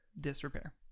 disrepair